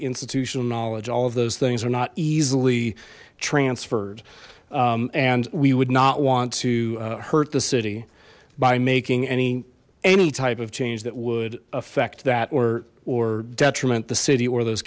institutional knowledge all of those things are not easily transferred and we would not want to hurt the city by making any any type of change that would affect that or or detriment the